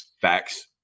Facts